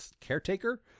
Caretaker